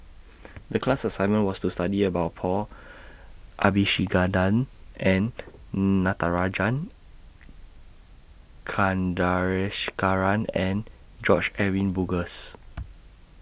The class assignment was to study about Paul Abisheganaden Natarajan Chandrasekaran and George Edwin Bogaars